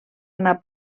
anar